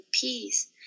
peace